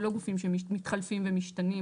זה לא גופים שמתחלפים ומשתנים,